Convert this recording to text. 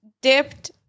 Dipped